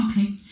Okay